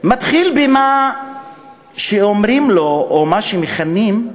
מתחיל במה שאומרים, או מה שמכנים,